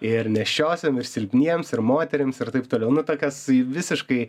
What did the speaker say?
ir nėščiosiom ir silpniems ir moterims ir taip toliau nu tokios į visiškai